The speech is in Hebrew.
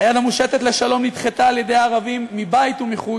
היד המושטת לשלום נדחתה על-ידי הערבים מבית ומחוץ,